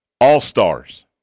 All-stars